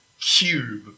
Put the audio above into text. cube